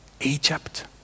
Egypt